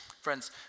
Friends